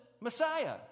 Messiah